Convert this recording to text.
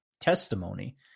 testimony